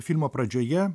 filmo pradžioje